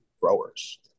growers